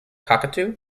cockatoo